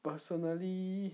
personally